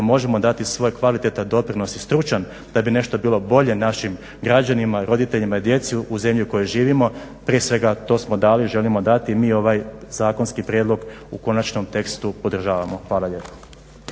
možemo dati svoj kvalitetan doprinos i stručan da bi bilo nešto bolje našim građanima, roditeljima i djeci u zemlji u kojoj živimo prije svega to smo dali, želimo dati. I mi ovaj zakonski prijedlog u konačnom tekstu podržavamo. Hvala lijepo.